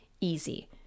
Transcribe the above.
easy